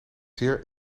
zeer